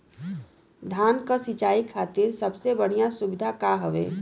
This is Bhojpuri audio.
धान क सिंचाई खातिर सबसे बढ़ियां सुविधा का हवे?